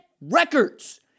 records